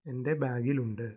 എൻ്റെ ബാഗിൽ ഉണ്ട്